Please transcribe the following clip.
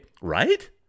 right